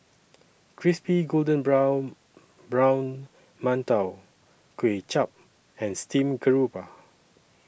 Crispy Golden Brown Brown mantou Kuay Chap and Steamed Garoupa